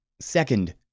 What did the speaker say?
Second